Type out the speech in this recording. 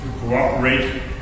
cooperate